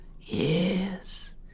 Yes